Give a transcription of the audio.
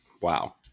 wow